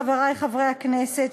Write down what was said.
חברי חברי הכנסת,